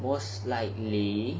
most likely